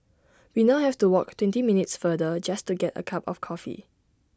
we now have to walk twenty minutes farther just to get A cup of coffee